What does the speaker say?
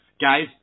guys